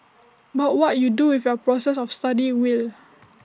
but what you do with your process of study will